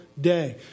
day